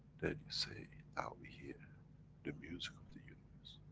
then you say, ah we hear the music of the universe.